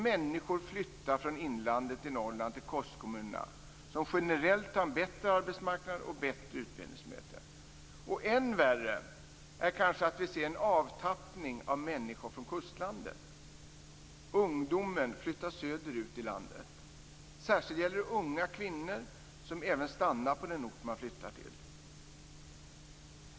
Människor flyttar från inlandet i Norrland till kustkommunerna, som generellt har en bättre arbetsmarknad och bättre utbildningsmöjligheter. Än värre är kanske att vi ser en avtappning av människor från kustlandet. Ungdomen flyttar söderut i landet. Särskilt gäller det unga kvinnor, som även stannar på den ort de flyttar till.